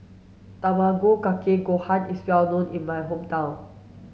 tamago kake gohan is well known in my hometown